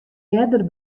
earder